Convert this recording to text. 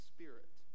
Spirit